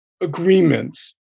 agreements